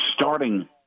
starting